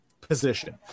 position